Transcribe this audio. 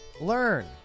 Learn